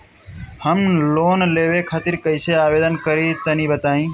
हम लोन लेवे खातिर कइसे आवेदन करी तनि बताईं?